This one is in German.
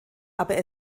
aber